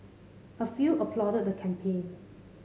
a few applauded the campaign